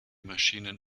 maschinen